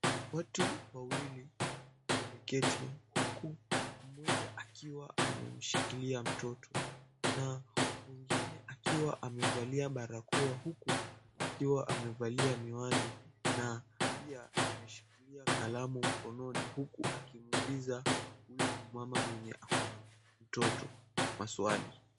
Watu wawili wameketi huku mmoja akiwa amemshikilia mtoto na mwingine akiwa amevalia barakoa huku akiwa amevalia miwani na pia ameshikilia kalamu mkononi huku akimuuliza huyo mama mwenye ako na mtoto maswali.